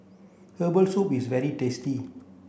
herbal soup is very tasty